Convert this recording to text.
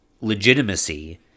legitimacy